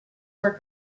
were